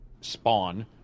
spawn